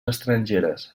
estrangeres